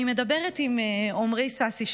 אני מדברת עם עומרי סאסי,